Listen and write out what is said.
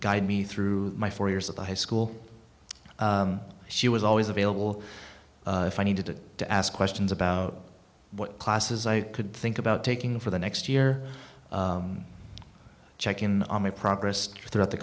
guide me through my four years at the high school she was always available if i needed to ask questions about what classes i could think about taking for the next year check in on my progress throughout the